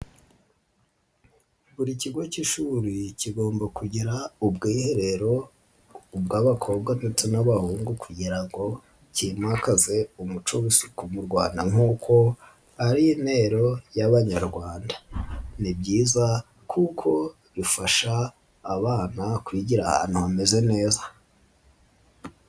Buri kigo k'ishuri kigomba kugira ubwiherero ubw'abakobwa ndetse n'abahungu kugira ngo kimakaze umuco w'isuku mu Rwanda kuko ari intero y'Abanyarwanda, ni byiza kuko bifasha abana kwigira ahantu hameze neza.